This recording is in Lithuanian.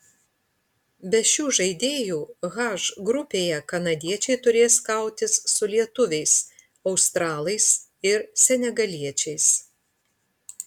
be šių žaidėjų h grupėje kanadiečiai turės kautis su lietuviais australais ir senegaliečiais